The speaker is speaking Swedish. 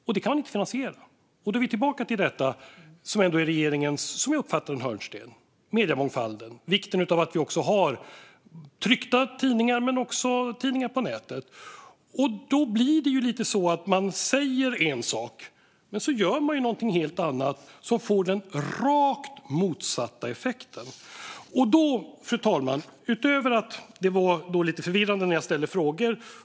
Detta kan man inte finansiera, och då kommer vi tillbaka till det som jag uppfattar som en hörnsten för regeringen, nämligen mediemångfalden och vikten av att vi har tryckta tidningar men också tidningar på nätet. Lite grann är det så att man säger en sak men gör något helt annat, som får rakt motsatt effekt. Fru talman! Det var lite förvirrande när jag ställde frågor.